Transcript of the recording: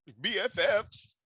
BFFs